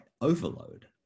overload